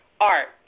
Art